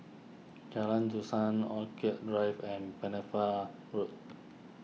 Jalan Dusan Orchid Drive and Pennefather Road